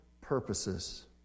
purposes